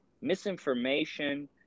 misinformation